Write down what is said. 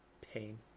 pain